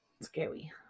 Scary